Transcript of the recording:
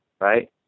right